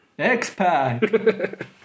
X-Pack